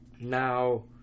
Now